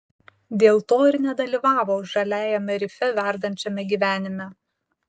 dėl to ir nedalyvavo žaliajame rife verdančiame gyvenime